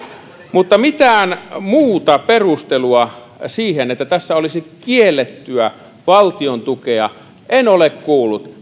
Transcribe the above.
mutta mitään muuta perustelua siihen että tässä olisi kiellettyä valtiontukea en ole kuullut